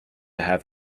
have